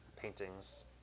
paintings